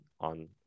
on